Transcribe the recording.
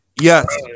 Yes